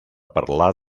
parlar